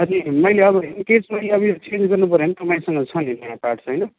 अनि मैले अब इनकेस मैले अब यो चेन्ज गर्नुपऱ्यो भने तपाईसँग छ नि पार्ट्स होइन